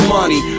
money